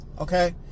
okay